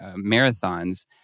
marathons